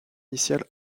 initiales